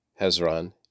Hezron